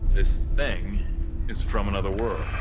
this thing is from another world.